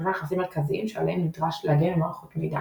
נכסים מרכזיים שעליהם נדרש להגן במערכות מידע